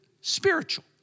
spiritual